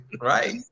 Right